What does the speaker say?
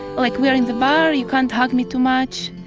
like, we are in the bar, you can't hug me too much.